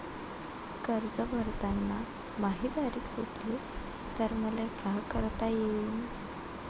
कर्ज भरताना माही तारीख चुकली तर मले का करता येईन?